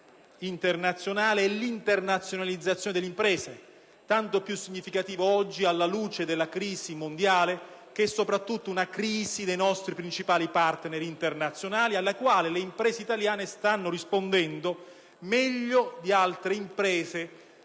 internazionale e l'internazionalizzazione delle imprese, tanto più significativa oggi alla luce della crisi mondiale, che è sopratutto una crisi dei nostri principali *partner* internazionali, alla quale le imprese italiane stanno rispondendo meglio delle imprese